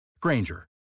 Granger